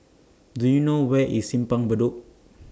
Do YOU know Where IS Simpang Bedok